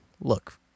look